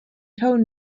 tone